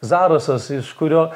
zarasas iš kurio